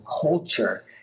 culture